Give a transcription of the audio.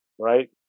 right